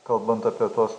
kalbant apie tuos